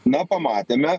na pamatėme